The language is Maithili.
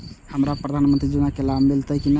हमरा प्रधानमंत्री योजना के लाभ मिलते की ने?